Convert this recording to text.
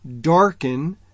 darken